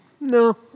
No